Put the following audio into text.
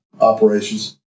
operations